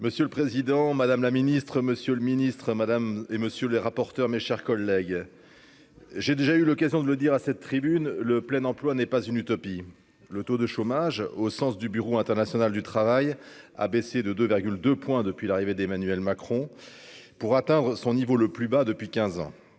Monsieur le Président, Madame la Ministre, Monsieur le Ministre, madame et monsieur les rapporteurs, mes chers collègues, j'ai déjà eu l'occasion de le dire à cette tribune, le plein emploi n'est pas une utopie, le taux de chômage au sens du Bureau international du travail a baissé de 2 2, depuis l'arrivée d'Emmanuel Macron pour atteindre son niveau le plus bas depuis 15 ans